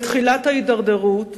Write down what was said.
ותחילת ההידרדרות